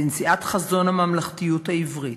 לנשיאת חזון הממלכתיות העברית,